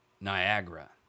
Niagara